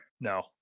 No